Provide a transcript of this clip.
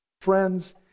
Friends